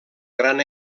gran